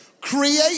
create